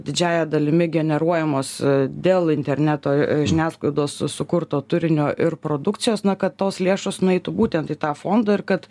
didžiąja dalimi generuojamos dėl interneto žiniasklaidos sukurto turinio ir produkcijos na kad tos lėšos nueitų būtent į tą fondą ir kad